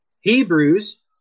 Hebrews